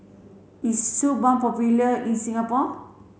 is Suu balm popular in Singapore